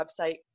website